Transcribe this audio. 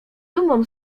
dumą